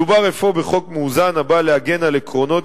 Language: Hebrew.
מדובר אפוא בחוק מאוזן הבא להגן על עקרונות